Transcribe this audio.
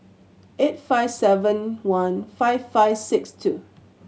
eight five seven one five five six two